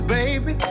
baby